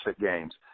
Games